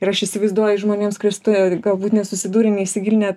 ir aš įsivaizduoju žmonėms kurie su tuo galbūt nesusidūrė neįsigilinę